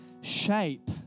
shape